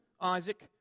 Isaac